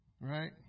Right